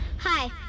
Hi